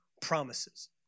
promises